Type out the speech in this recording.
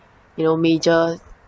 you know major